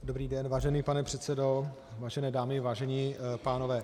Dobrý den, vážený pane předsedo, vážené dámy, vážení pánové.